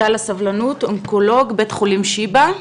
אונקולוג מבית החולים שיבא,